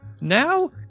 now